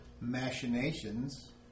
machinations